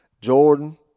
Jordan